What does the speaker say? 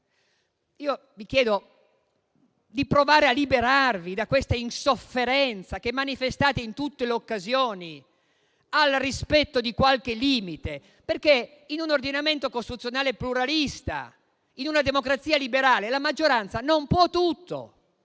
Io vi chiedo di provare a liberarvi dall'insofferenza che manifestate in tutte le occasioni al rispetto di qualche limite, perché in un ordinamento costituzionale pluralista, in una democrazia liberale, la maggioranza non può tutto.